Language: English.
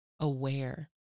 aware